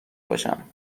باشم